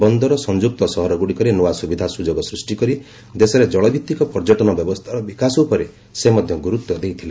ବନ୍ଦର ସଂଯୁକ୍ତ ସହରଗୁଡ଼ିକରେ ନ୍ତଆ ସୁବିଧା ସୁଯୋଗ ସୃଷ୍ଟିକରି ଦେଶରେ କଳଭିତ୍ତିକ ପର୍ଯ୍ୟଟନ ବ୍ୟବସ୍ଥାର ବିକାଶ ଉପରେ ସେ ମଧ୍ୟ ଗୁରୁତ୍ୱ ଦେଇଥିଲେ